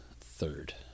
third